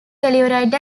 telluride